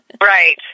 Right